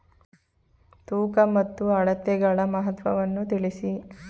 ತೂಕ ಮತ್ತು ಅಳತೆಗಳ ಮಹತ್ವವನ್ನು ತಿಳಿಸಿ?